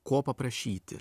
ko paprašyti